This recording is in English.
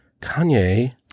Kanye